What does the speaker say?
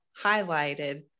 highlighted